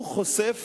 הוא חושף